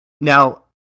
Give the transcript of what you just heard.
Now